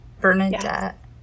Bernadette